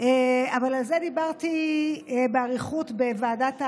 אבל על זה דיברתי באריכות בוועדה המסדרת,